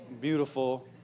beautiful